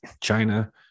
China